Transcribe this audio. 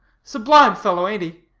sublime fellow, ain't he?